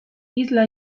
isla